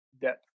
depth